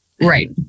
Right